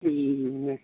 उम दे